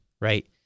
right